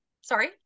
Sorry